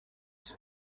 cye